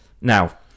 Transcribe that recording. now